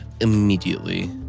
Immediately